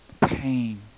pain